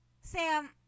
Sam